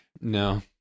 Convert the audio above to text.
No